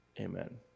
Amen